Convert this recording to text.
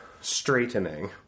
Straightening